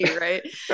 right